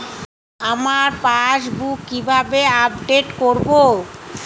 আমার পাসবুক কিভাবে আপডেট করবো?